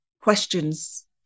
questions